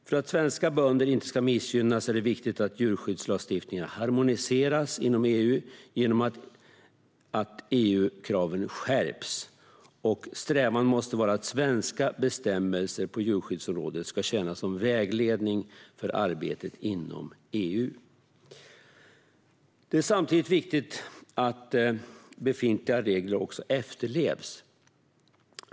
För att svenska bönder inte ska missgynnas är det därför viktigt att djurskyddslagstiftningen harmoniseras inom EU genom att EU-kraven skärps. Strävan måste vara att svenska bestämmelser på djurskyddsområdet ska tjäna som vägledning för arbetet inom EU. Det är samtidigt viktigt att befintliga regler också efterlevs.